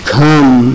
come